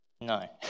no